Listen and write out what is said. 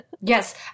Yes